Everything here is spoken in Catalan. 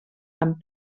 amb